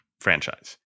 franchise